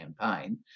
campaign